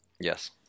Yes